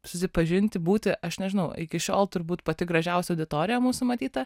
susipažinti būti aš nežinau iki šiol turbūt pati gražiausia auditorija mūsų matyta